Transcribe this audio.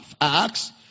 Acts